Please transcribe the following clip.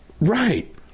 Right